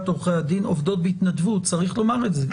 עורכי הדין עובדות בהתנדבות צריך לומר את זה,